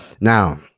Now